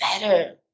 better